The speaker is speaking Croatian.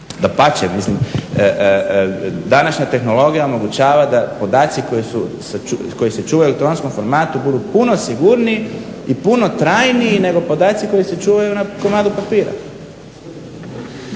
Dapače, mislim današnja tehnologija omogućava da podaci koji se čuvaju u elektronskom formatu budu puno sigurniji i puno trajniji nego podaci koji se čuvaju na komadu papira.